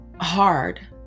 hard